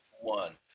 one